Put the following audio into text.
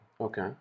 Okay